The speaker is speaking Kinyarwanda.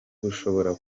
bushobora